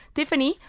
Tiffany